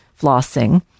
flossing